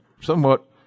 somewhat